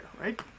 right